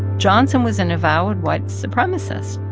johnson was an avowed white supremacist.